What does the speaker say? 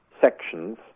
sections